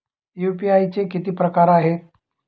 UPI चे किती प्रकार आहेत?